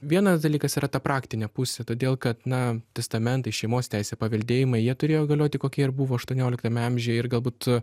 vienas dalykas yra ta praktinė pusė todėl kad na testamentai šeimos teisė paveldėjimai jie turėjo galioti kokie buvo aštuonioliktame amžiuje ir galbūt